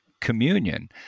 communion